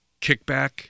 kickback